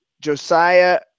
Josiah